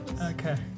Okay